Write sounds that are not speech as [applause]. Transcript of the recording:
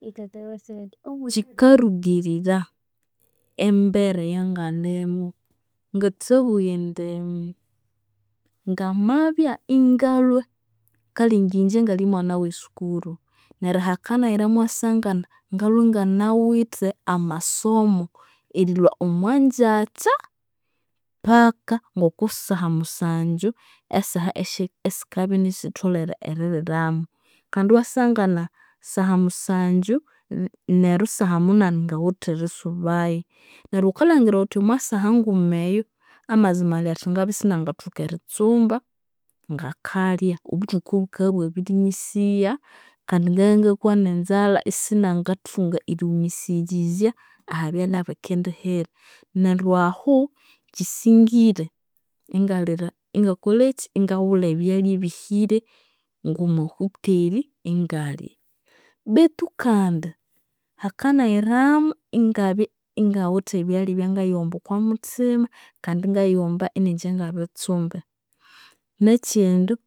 [noise] Kyikarugirira embera eyangalimu, ngathabugha indi ngamabya ingalhwe, kale nginje ngali mwana owesukuru. Neryo hakanayiramu iwasangana ingalhwe inganawithe amasomo ngerilhwa omwanjakya paka erihika saha musanju. Esaha esikabya isitholere eriramu kandi iwasangana saha musanju, ne- neryo saha munani ngawithe erisubayu. Neryo ghukalhangira ghuthi omwasaha nguma eyo, amazima ali athi ngabya isinangathoka eritsumba ngakalya, obuthuku bukabya ibwabirinyisigha kandi ngabya ingakwa nenzalha isinangathoka erighumisirizya ahabyalya bikendihira neryo ahu kyisingire ingaghulha inga koleki inga ebyalya ebihire ngomwahuteri ingalya. Betu kandi hakanayiramu ingabya ingawithe ebyalya byangayighomba okwamuthima kandi ingayighomba ininje ngabitsumbe. Nekyindi